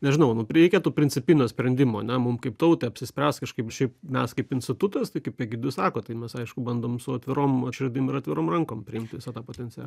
nežinau nu reikėtų principinio sprendimo ane mum kaip tautai apsispręst kažkaip šiaip mes kaip institutas tai kaip egidijus sako tai mes aišku bandom su atvirom širdim ir atvirom rankom priimt visą tą potencia